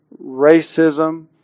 racism